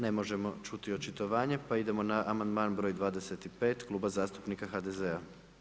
Ne možemo čuti očitovanje pa idemo na amandman broj 25 Kluba zastupnika HDZ-a.